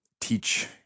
teach